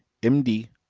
m. d,